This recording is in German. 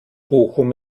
bochum